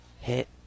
hit